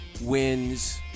wins